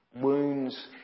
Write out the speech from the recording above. wounds